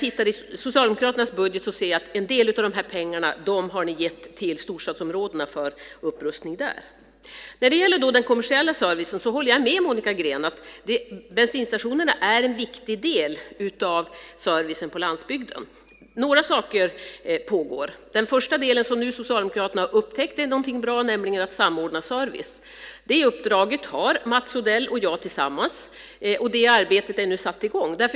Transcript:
I Socialdemokraternas budget ser jag att ni ger en del av dessa pengar till storstadsområdena för upprustning där. När det gäller den kommersiella servicen på landsbygden håller jag med Monica Green om att bensinstationerna är en viktig del. Några saker pågår. Den första delen, som nu Socialdemokraterna har upptäckt är bra, är att samordna service. Det uppdraget har Mats Odell och jag tillsammans, och det arbetet är nu igångsatt.